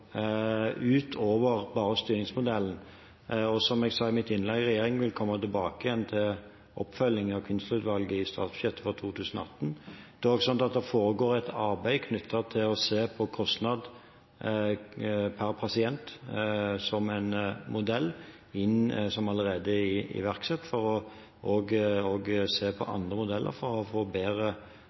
utover bare styringsmodellen. Som jeg sa i mitt innlegg: Regjeringen vil komme tilbake til oppfølging av Kvinnsland-utvalget i statsbudsjettet for 2018. Det foregår også et arbeid knyttet til å se på kostnad per pasient, som er en modell som allerede er iverksatt, og også med å se på andre modeller for å få bedre